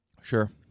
sure